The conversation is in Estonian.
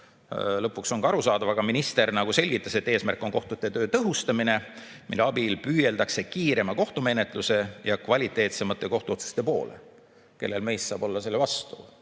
lõpuks ole ka arusaadav, aga minister selgitas, et eesmärk on kohtute töö tõhustamine, mille abil püüeldakse kiirema kohtumenetluse ja kvaliteetsemate kohtuotsuste poole. Kellel meist saab olla midagi selle vastu?